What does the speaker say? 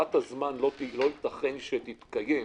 ספירת הזמן לא ייתכן שתתקיים